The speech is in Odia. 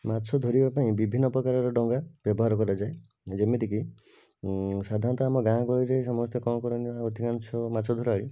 ମାଛ ଧରିବା ପାଇଁ ବିଭିନ୍ନ ପ୍ରକାରର ଡ଼ଙ୍ଗା ବ୍ୟବହାର କରାଯାଏ ଯେମିତିକି ସାଧାରଣତଃ ଆମେ ଗାଁ ଗହଳିରେ ସମସ୍ତେ କ'ଣ କରନ୍ତିନା ଅଧିକାଂଶ ମାଛ ଧରାଳି